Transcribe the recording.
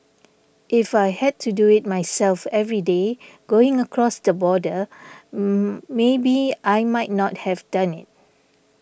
if I had to do it myself every day going across the border maybe I might not have done it